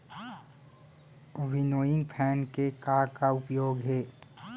Winnowing fan के का का उपयोग हे?